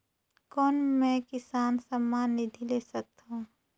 कौन मै किसान सम्मान निधि ले सकथौं?